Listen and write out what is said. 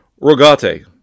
Rogate